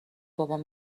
بابام